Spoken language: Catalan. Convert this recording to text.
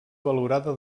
valorada